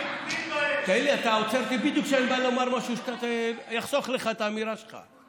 אתה עוצר אותי בדיוק כשאני בא לומר משהו שיחסוך לך את האמירה שלך.